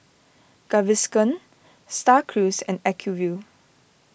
Gaviscon Star Cruise and Acuvue